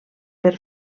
per